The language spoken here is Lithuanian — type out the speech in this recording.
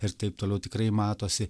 ir taip toliau tikrai matosi